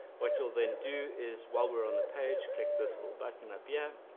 what you'll then do is while we're on the page, click this little button up here